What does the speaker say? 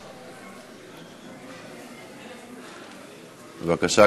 בבקשה,